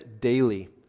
daily